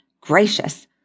Gracious